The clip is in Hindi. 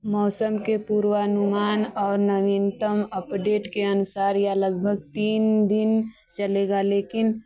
मौसम के पूर्वानुमान और नवीनतम अपडेट के अनुसार यह लगभग तीन दिन चलेगा लेकिन